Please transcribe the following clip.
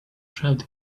tribes